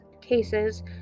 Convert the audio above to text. cases